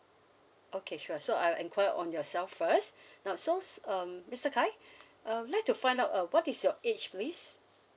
okay sure so I will enquire on yourself first now so s~ um mister kai um like to find out uh what is your age please